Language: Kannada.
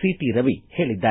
ಸಿಟಿ ರವಿ ಹೇಳಿದ್ದಾರೆ